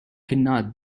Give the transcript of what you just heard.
cannot